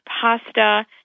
pasta